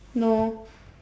no